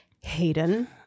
Hayden